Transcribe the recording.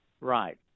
Right